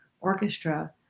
orchestra